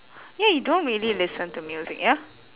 yeah you don't really listen to music ya